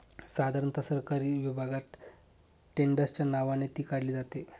साधारणता सरकारी विभागात टेंडरच्या नावाने ती काढली जाते